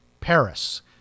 Paris